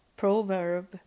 proverb